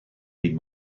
been